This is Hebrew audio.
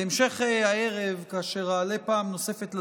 בהמשך הערב, כאשר אעלה פעם נוספת לדוכן,